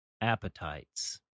appetites